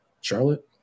Charlotte